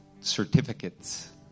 certificates